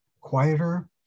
quieter